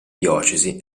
diocesi